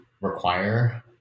require